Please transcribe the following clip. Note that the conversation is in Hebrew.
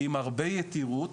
עם הרבה יתירות